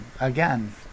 again